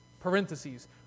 parentheses